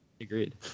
Agreed